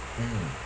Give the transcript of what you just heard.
mm